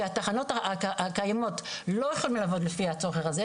כי התחנות הקיימות לא יכולות לעבוד לפי הצורך הזה,